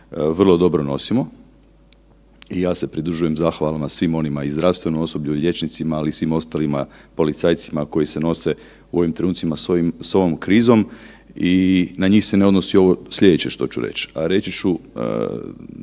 vrlo dobro nosimo i ja se pridružujem zahvalama svim onima i zdravstvenom osoblju i liječnicima, ali i svim ostalima policajcima, koji se nose u ovim trenutcima s ovom krizom i na njih se ne odnosi slijedeće što ću reći,